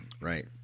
Right